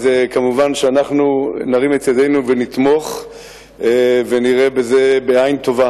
אז כמובן אנחנו נרים את ידינו ונתמוך ונראה את זה בעין טובה.